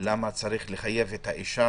למה לחייב אישה